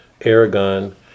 Aragon